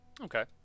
Okay